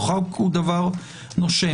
החוק הוא דבר נושם.